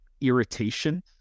irritation